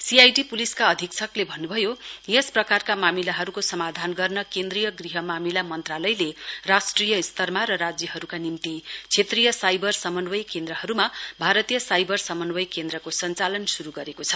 CID पुलिसका अधीक्षकले भन्नुभयो यस प्रकारका मामिलाहरुको समाधान गर्न केन्द्रीय गृह मामिला मन्त्रालयले राष्ट्रिय स्तरमा र राज्यहरुका निम्ति क्षेत्रीय साईबर समन्वय केन्द्रहरुमा भारतीय साईवर समन्वय केन्द्रको सञ्चालन शुरु गरेको छ